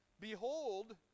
Behold